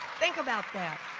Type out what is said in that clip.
think about that.